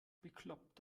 bekloppt